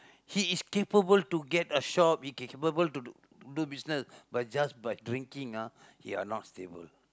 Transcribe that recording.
he is capable to get a shop capable to do business but just by drinking ah you're not stable